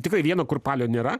tikrai vieno kurpalio nėra